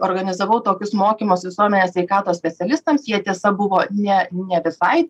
organizavau tokius mokymus visuomenės sveikatos specialistams jie tiesa buvo ne ne visai